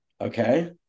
Okay